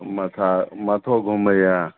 माथा मथो घुमैऐ